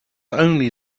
only